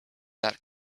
that